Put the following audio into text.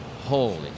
holy